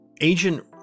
Agent